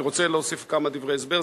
אני רוצה להוסיף כמה דברי הסבר.